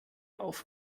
auf